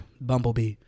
Bumblebee